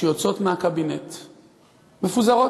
שיוצאות מהקבינט מפוזרות,